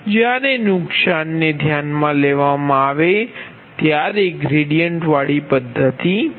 જ્યારે નુકસાનને ધ્યાનમાં લેવામાં આવે ત્યારે ગ્રેડીયન્ટ વાળી પદ્ધતિ છે